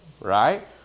right